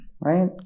Right